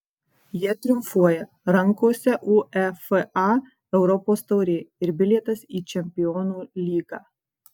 jie triumfuoja rankose uefa europos taurė ir bilietas į čempionų lygą